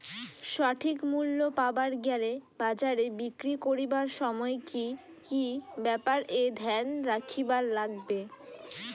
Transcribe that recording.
সঠিক মূল্য পাবার গেলে বাজারে বিক্রি করিবার সময় কি কি ব্যাপার এ ধ্যান রাখিবার লাগবে?